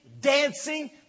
dancing